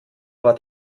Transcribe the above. war